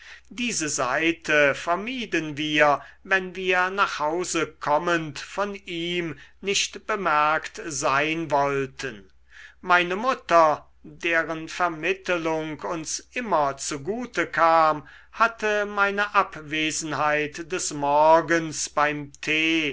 diese seite vermieden wir wenn wir nach hause kommend von ihm nicht bemerkt sein wollten meine mutter deren vermittelung uns immer zugute kam hatte meine abwesenheit des morgens beim tee